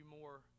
more